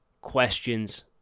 questions